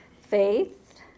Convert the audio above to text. Faith